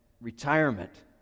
retirement